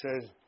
says